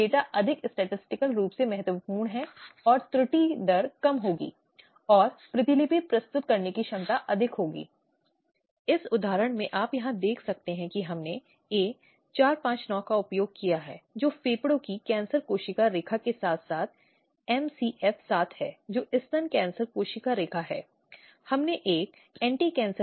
कार्य स्थल पर यौन उत्पीड़न की बात करते समय भी इस तथ्य का महत्व है कि केवल उन मामलों में केवल अगर पीड़ित सुलह के लिए पूछती है तो सुलह की बात की जा सकती है